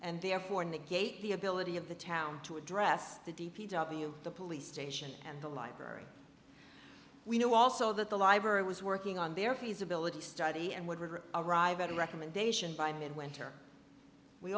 and therefore negate the ability of the town to address the d p w the police station and the library we knew also that the library was working on their feasibility study and would really arrive at a recommendation by mid winter we